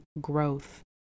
growth